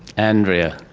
andrea?